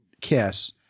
kiss